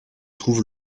trouve